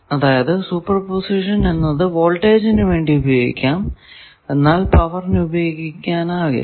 അതായതു superposition എന്നത് വോൾട്ടേജിനു വേണ്ടി ഉപയോഗിക്കാം എന്നാൽ പവറിനു ഉപയോഗിക്കാനാകില്ല